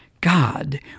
God